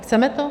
Chceme to?